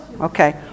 Okay